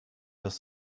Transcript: das